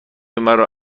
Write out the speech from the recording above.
مرا